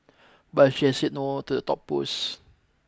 but she has said no to the top post